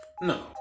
No